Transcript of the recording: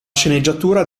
sceneggiatura